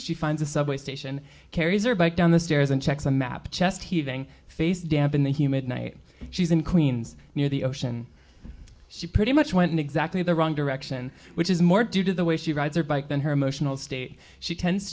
she finds a subway station carries her bike down the stairs and checks a map chest heaving face damp in the humid night she's in queens near the ocean she pretty much went in exactly the wrong direction which is more due to the way she rides her bike than her emotional state she tends